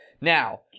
Now